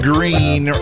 Green